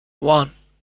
one